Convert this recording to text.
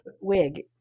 wig